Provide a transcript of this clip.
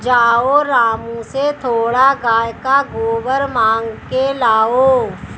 जाओ रामू से थोड़ा गाय का गोबर मांग के लाओ